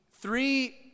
three